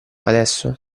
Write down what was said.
adesso